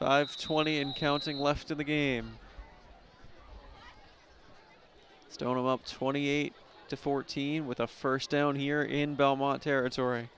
five twenty and counting left in the game stoneham up twenty eight to fourteen with a first down here in belmont territory